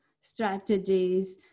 strategies